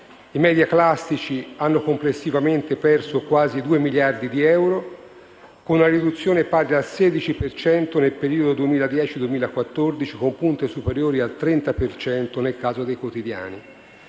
i *media* classici hanno complessivamente perso quasi 2 miliardi di euro, con una riduzione pari al 16 per cento nel periodo 2010-2014, con punte superiori al 30 per cento nel caso dei quotidiani.